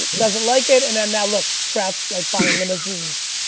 doesn't like it and then now look, trout's like buying limousines.